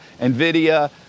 NVIDIA